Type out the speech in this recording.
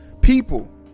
people